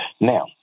Now